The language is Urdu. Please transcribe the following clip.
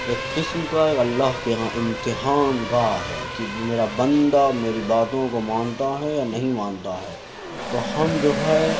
ایک قسم کا اللہ کے یہاں امتحان گاہ ہے کہ جو میرا بندہ میری باتوں کو مانتا ہے یا نہیں مانتا ہے تو ہم جو ہے